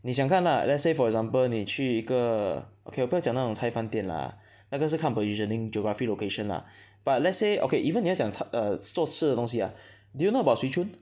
你想看 lah let's say for example 你去一个 okay 我不要讲那种菜饭店 lah ah 那个是看 positioning geography location lah but let's say okay even 你要讲菜 (ah 做吃的东西 ah do you know about Swee-Choon